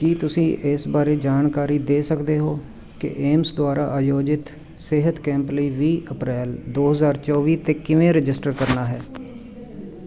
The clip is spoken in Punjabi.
ਕੀ ਤੁਸੀਂ ਇਸ ਬਾਰੇ ਜਾਣਕਾਰੀ ਦੇ ਸਕਦੇ ਹੋ ਕਿ ਏਅਮਸ ਦੁਆਰਾ ਆਯੋਜਿਤ ਸਿਹਤ ਕੈਂਪ ਲਈ ਵੀਹ ਅਪ੍ਰੈਲ ਦੋ ਹਜ਼ਾਰ ਚੌਵੀ 'ਤੇ ਕਿਵੇਂ ਰਜਿਸਟਰ ਕਰਨਾ ਹੈ